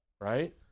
Right